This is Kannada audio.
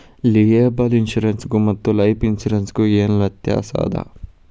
ಲಿಯೆಬಲ್ ಇನ್ಸುರೆನ್ಸ್ ಗು ಮತ್ತ ಲೈಫ್ ಇನ್ಸುರೆನ್ಸ್ ಗು ಏನ್ ವ್ಯಾತ್ಯಾಸದ?